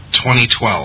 2012